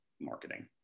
marketing